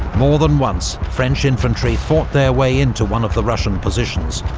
more than once, french infantry fought their way into one of the russian positions,